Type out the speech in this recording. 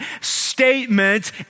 statement